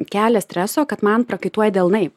kelia streso kad man prakaituoja delnai